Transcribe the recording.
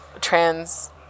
trans